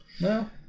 No